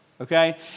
Okay